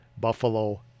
Buffalo